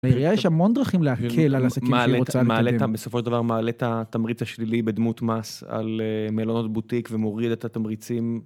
לעירייה יש המון דרכים להקל על עסקים שהיא רוצה לקדם. בסופו של דבר מעלה את התמריץ השלילי בדמות מס על מלונות בוטיק ומוריד את התמריצים.